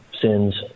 sins